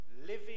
living